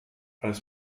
als